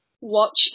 watch